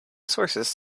sources